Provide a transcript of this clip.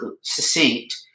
succinct